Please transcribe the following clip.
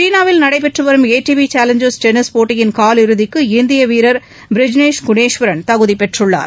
சீனாவில் நடைபெற்றுவரும் A T P challengers tennis போட்டியின் காலிறுதிக்கு இந்திய வீரர் பிரஜ்னேஷ் குணேஷ்வரன் தகுதிப் பெற்றுள்ளார்